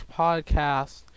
podcast